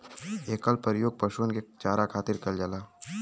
एकर परियोग पशुअन के चारा खातिर करल जाला